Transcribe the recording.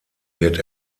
wird